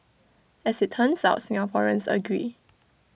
as IT turns out Singaporeans agree